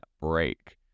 break